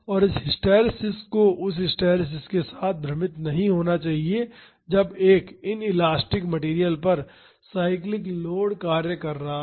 और इस हिस्टैरिसीस को उस हिस्टैरिसीस के साथ भ्रमित नहीं होना चाहिए जब एक इनइलास्टिक मैटेरियल पर साइक्लिक लोड कार्य कर रहा हो